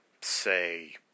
say